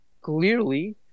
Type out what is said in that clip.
clearly